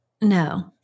No